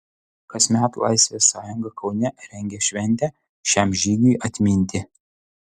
kasmet laisvės sąjunga kaune rengia šventę šiam žygiui atminti